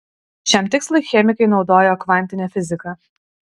šiam tikslui chemikai naudojo kvantinę fiziką